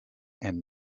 and